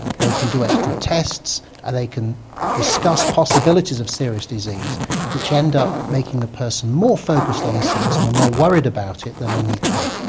they can do extra tests and they can discuss possibilities of serious disease which end up making the person more focussed on the symptom and more worried about it than they need to be.